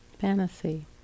fantasy